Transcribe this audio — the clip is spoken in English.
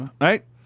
Right